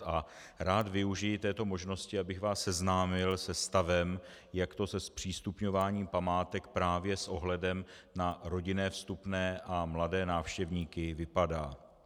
A rád využiji této možnosti, abych vás seznámil se stavem, jak to se zpřístupňováním památek právě s ohledem na rodinné vstupné a mladé návštěvníky vypadá.